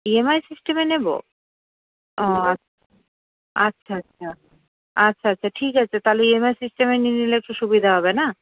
EMI সিস্টেমে নেবো ও আছ আচ্ছা আচ্ছা আচ্ছা ঠিক আছে তাহলে ইএমআই সিস্টেমে নিয়ে নিলে তো সুবিধা হবে না